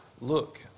Look